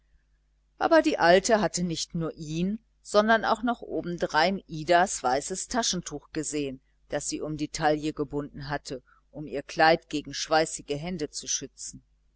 aber die alte hatte nicht nur ihn sondern auch noch obendrein idas weißes taschentuch gesehen das sie um die taille gebunden hatte um ihr kleid gegen schweißige hände zu schützen